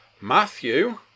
Matthew